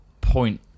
point